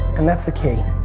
and that's the key,